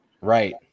right